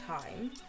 time